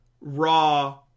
raw